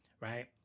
Right